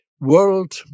world